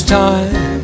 time